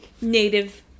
Native